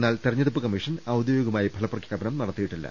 എന്നാൽ തെരഞ്ഞെടുപ്പ് കമ്മീഷൻ ഔദ്യോഗികമായി ഫലപ്രഖ്യാ പനം നടത്തിയിട്ടില്ല